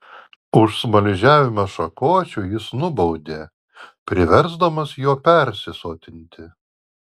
už smaližiavimą šakočiu jis nubaudė priversdamas juo persisotinti